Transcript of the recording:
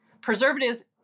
Preservatives